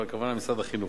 אבל הכוונה למשרד החינוך.